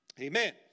Amen